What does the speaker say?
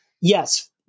yes